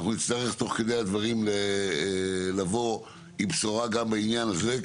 אנחנו נצטרך תוך כדי הדברים לבוא עם בשורה גם בעניין הזה,